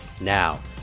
Now